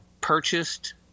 purchased